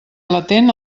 latent